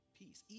peace